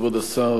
כבוד השר,